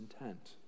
intent